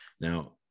Now